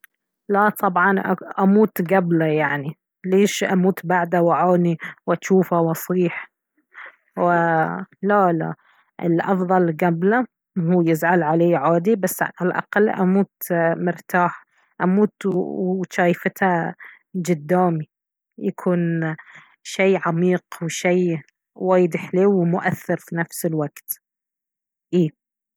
لا طبعا أموت قبله يعني ليش أموت بعده واعاني واشوفه واصيح ولا لا الأفضل قبله هو يزعل عليه عادي بس على الأقل أموت مرتاحه أموت وشايفته قدامي يكون شي عميق وشي وايد حليو ومؤثر في نفس الوقت اي